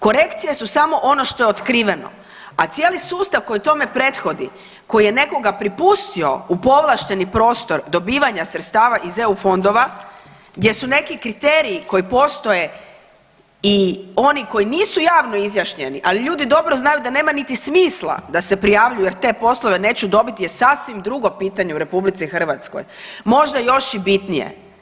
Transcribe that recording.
Korekcije su samo ono što je otkriveno, a cijeli sustav koji tome prethodi koji je nekoga pripustio u povlašteni prostor dobivanja sredstava iz EU fondova gdje su neki kriteriji koji postoje i oni koji nisu javno izjašnjeni, ali ljudi dobro znaju da nema niti smisla da se prijavljuje te poslove neću dobiti je sasvim drugo pitanje u RH, možda još i bitnije.